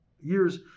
years